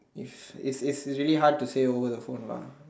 it's it's it's really hard to say over the phone lah